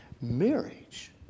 marriage